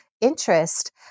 interest